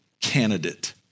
candidate